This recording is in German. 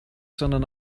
sondern